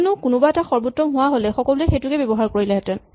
কিয়নো কোনোবা এটা সৰ্বোত্তম হোৱা হ'লে সকলোৱে সেইটোকে ব্যৱহাৰ কৰিলেহেতেন